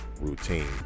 routine